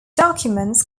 documents